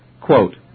Quote